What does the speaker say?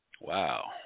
Wow